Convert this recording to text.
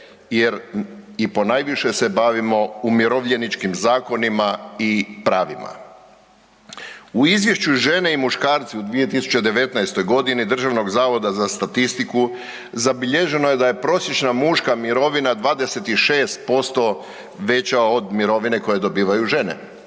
jer i ponajviše se bavimo umirovljeničkim zakonima i pravima. U izvješću žene i muškarci u 2019. godini Državnog zavoda za statistiku zabilježeno je da je prosječna muška mirovina 26% veća od mirovine koje dobivaju žene.